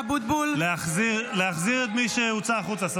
להחזיר את מי שהוצא החוצה.